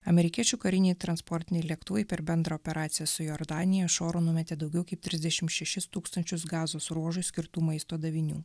amerikiečių kariniai transportiniai lėktuvai per bendrą operacija su jordanija iš oro numetė daugiau kaip trisdešim šešis tūkstančius gazos ruožui skirtų maisto davinių